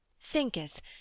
Thinketh